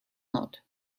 not